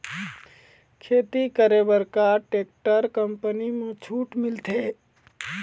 खेती करे बर का टेक्टर कंपनी म छूट मिलथे?